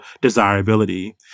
desirability